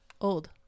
old